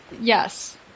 yes